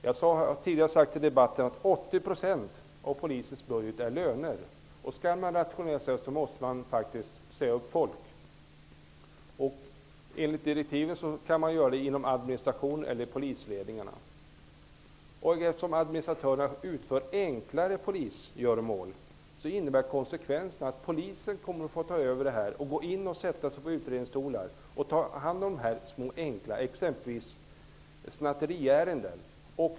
Jag har tidigare i debatten sagt att 80 % av polisens budget består av löner. Om man skall kunna rationalisera måste man säga upp folk. Enligt direktiven kan man säga upp folk inom administrationen eller polisledningarna. Administratörerna utför enklare polisgöromål. Konsekvensen blir då att polisen får ta över dessa göromål. De får ta dessa utredares plats och ta hand om små, enkla ärenden, exempelvis snatteriärenden.